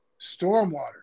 Stormwater